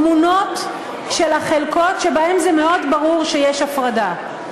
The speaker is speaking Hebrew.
תמונות של החלקות שבהן זה מאוד ברור שיש הפרדה.